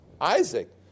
isaac